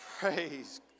praise